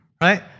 Right